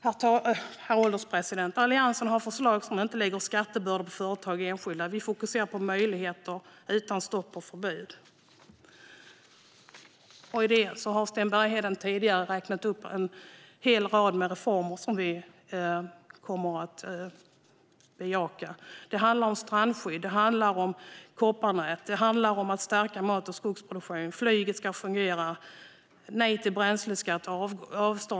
Herr ålderspresident! Alliansen har förslag som inte lägger skattebördor på företag och enskilda. Vi fokuserar på möjligheter utan stopp och förbud. Sten Bergheden har tidigare räknat upp en hel rad med reformer som vi kommer att bejaka. Det handlar om strandskydd, om kopparnät och om att stärka mat och skogsproduktion. Flyget ska fungera, och vi säger nej till bränsleskatt och avståndsskatt.